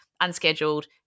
unscheduled